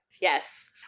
Yes